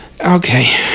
Okay